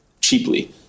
cheaply